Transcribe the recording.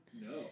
No